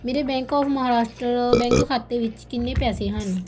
ਮੇਰੇ bank of Maharashtra bank ਖਾਤੇ ਵਿੱਚ ਕਿੰਨੇ ਪੈਸੇ ਹਨ